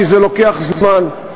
כי זה לוקח זמן.